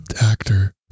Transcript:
actor